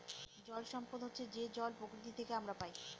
জল সম্পদ হচ্ছে যে জল প্রকৃতি থেকে আমরা পায়